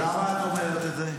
למה את אומרת את זה?